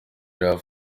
iriya